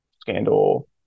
scandal